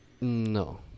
No